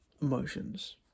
emotions